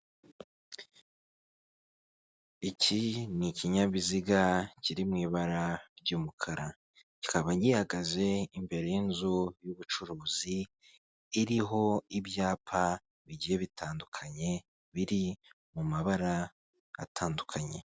Iki ni ikinyabiziga kiri mu ibara ry'umukara, kikaba gihagaze imbere y'inzu y'ubucuruzi iriho ibyapa bigiye bitandukanye biri mu mabara atandukanye.